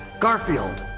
garfield,